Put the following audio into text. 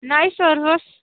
नाही सर बस